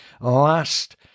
last